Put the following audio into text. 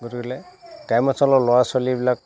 গতিকেলৈ গ্ৰাম্যাঞ্চলৰ ল'ৰা ছোৱালীবিলাক